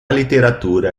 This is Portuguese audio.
literatura